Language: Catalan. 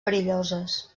perilloses